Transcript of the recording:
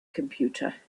computer